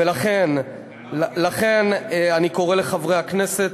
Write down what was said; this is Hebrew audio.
ולכן אני קורא לחברי הכנסת,